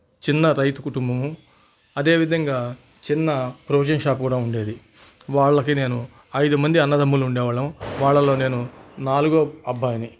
చిన్న రైతు కుటుంబము అదే విధంగా చిన్న ప్రొవిజన్స్ షాప్ కూడా ఉండేది వాళ్ళకి నేను ఐదు మంది అన్నదమ్ములు ఉండే వాళ్ళము వాళ్ళలో నేను నాల్గవ అబ్బాయిని